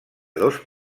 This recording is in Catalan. dos